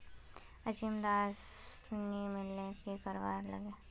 उचित दाम नि मिलले की करवार लगे?